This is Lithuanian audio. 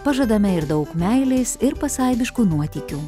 pažadame ir daug meilės ir pasaibiškų nuotykių